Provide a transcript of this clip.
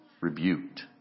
rebuked